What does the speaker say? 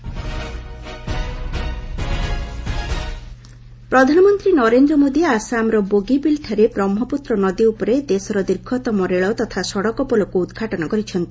PM ବ୍ରିକ୍ ପ୍ରଧାନମନ୍ତ୍ରୀ ନରେନ୍ଦ୍ର ମୋଦି ଆସାମର ବୋଗିବିଲ୍ଠାରେ ବ୍ରହ୍ମପୁତ୍ର ନଦୀ ଉପରେ ଦେଶର ଦୀର୍ଘତମ ରେଳ ତଥା ସଡ଼କ ପୋଲକୁ ଉଦ୍ଘାଟନ କରିଛନ୍ତି